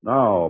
Now